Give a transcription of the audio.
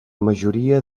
majoria